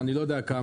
או אני לא יודע כמה,